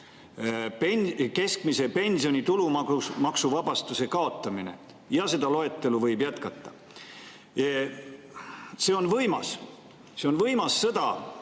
keskmise pensioni tulumaksuvabastuse kaotamine ja seda loetelu võib jätkata. See on võimas! See on võimas sõda,